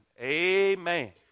Amen